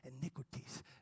iniquities